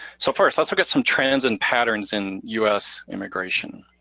so first, let's look at some trends and patterns in us immigration.